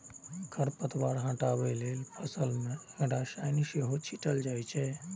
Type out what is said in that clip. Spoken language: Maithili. खरपतवार हटबै लेल फसल मे रसायन सेहो छीटल जाए छै